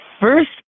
first